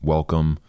Welcome